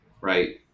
right